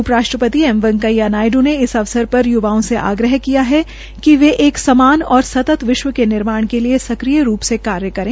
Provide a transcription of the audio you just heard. उप राष्ट्रीपति एम वैकेया नायडू ने इस अवसर पर युवाओं से आग्रह किया कि वे एक समान और सतत विश्व के निर्माण के लिए सक्रिय रूप कार्य करें